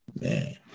Man